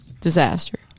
Disaster